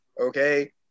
Okay